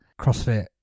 CrossFit